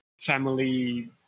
family